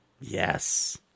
Yes